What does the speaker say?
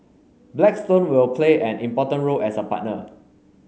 Blackstone will play an important role as a partner